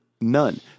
None